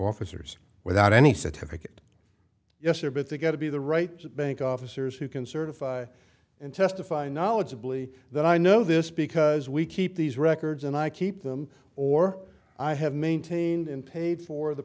officers without any said yes or but they got to be the right bank officers who can certify and testify knowledgably that i know this because we keep these records and i keep them or i have maintained and paid for the